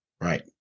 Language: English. Right